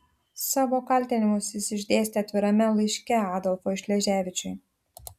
savo kaltinimus jis išdėstė atvirame laiške adolfui šleževičiui